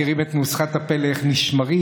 נוסחת הפלא איך נשמרים,